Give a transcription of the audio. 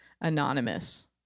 anonymous